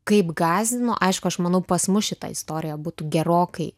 kaip gąsdino aišku aš manau pas mus šita istorija būtų gerokai